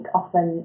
often